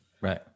right